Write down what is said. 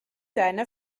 deine